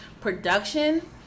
production